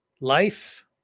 life